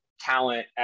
talent